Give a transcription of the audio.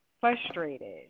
frustrated